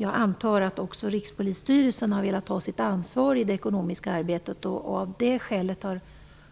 Jag antar att också Rikspolisstyrelsen har velat ta sitt ansvar i det ekonomiska arbetet och av det skälet har